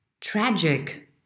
tragic